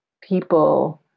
people